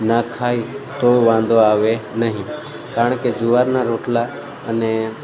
ના ખાય તો વાંધો આવે નહીં કારણ કે જુવારના રોટલા અને